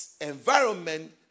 environment